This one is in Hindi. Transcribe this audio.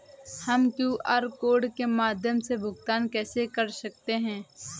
हम क्यू.आर कोड के माध्यम से भुगतान कैसे कर सकते हैं?